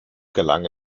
gelang